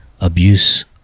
abuse